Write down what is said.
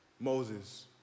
Moses